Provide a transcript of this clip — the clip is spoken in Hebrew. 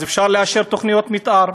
אז אפשר לאשר תוכניות מתאר.